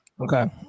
Okay